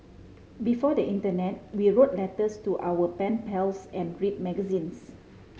before the internet we wrote letters to our pen pals and read magazines